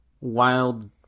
wild